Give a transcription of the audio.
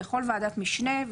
ולכל ועדת משנה,